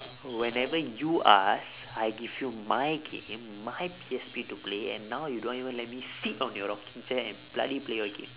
whenever you ask I give you my game my P_S_P to play and now you don't even let me sit on your rocking chair and bloody play your game